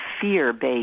fear-based